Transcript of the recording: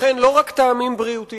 לכן, לא רק טעמים בריאותיים,